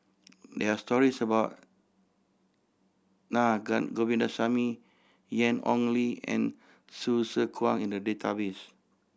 there are stories about Na Govindasamy Ian Ong Li and Hsu Tse Kwang in the database